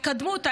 יקדמו אותה.